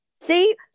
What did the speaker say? see